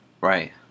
right